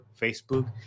Facebook